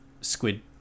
squid